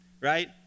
right